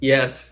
Yes